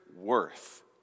worth